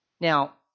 Now